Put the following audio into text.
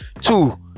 Two